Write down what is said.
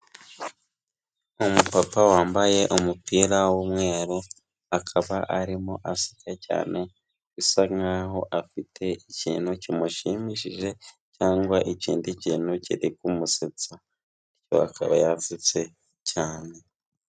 Umupapa wambaye umupira w'umweru, akaba arimo aseka cyane, bisa nk'aho afite ikintu kimushimishije cyangwa ikindi kintu kiri kumusetsa bityo akaba yasetse cyane.